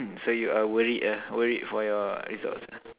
so you are worried ah worried for your results ah